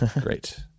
Great